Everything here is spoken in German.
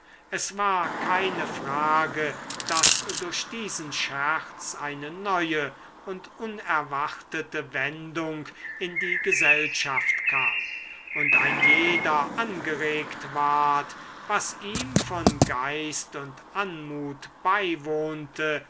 es war keine frage daß durch diesen scherz eine neue und unerwartete wendung in die gesellschaft kam und ein jeder angeregt ward was ihm von geist und anmut beiwohnte